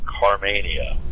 Carmania